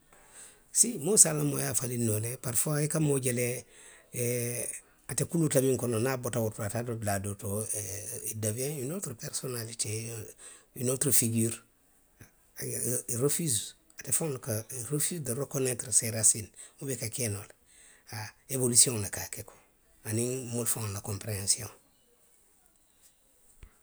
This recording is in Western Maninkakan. Moo se a la mooyaa faliŋ noo le parifuwaa, i ka moo je le, ate kuluuta miŋ kono, niŋ a bota wo to, taata dulaa doo to. ee ili dowiyeŋ uni ooturu perisonaalitee,, uni ooturu fugiru, ili refusi, ate faŋo, ili refisi de rekoneetiru see rasiini, haa. Ewolisiyoŋo, le ka a ke, aniŋ moolu faŋolu la konpereyansiyoŋo